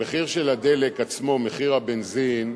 המחיר של הדלק עצמו, מחיר הבנזין,